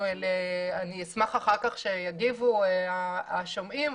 אני אשמח אחר כך שיגיבו השומעים,